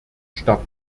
start